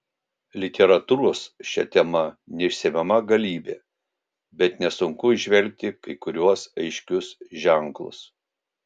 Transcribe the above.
literatūros šia tema neišsemiama galybė bet nesunku įžvelgti kai kuriuos aiškius ženklus